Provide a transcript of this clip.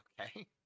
Okay